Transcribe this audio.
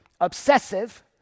Obsessive